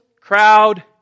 crowd